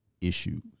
issues